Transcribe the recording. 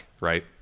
right